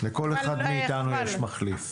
לכל אחד מאיתנו יש מחליף.